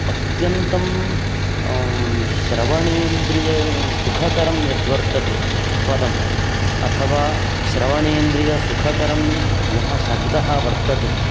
अत्यन्तं श्रवणेन्द्रियसुखकरं यद्वर्तते पदम् अथवा श्रवणेन्द्रियसुखकरं यः शब्दः वर्तते